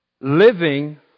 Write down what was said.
living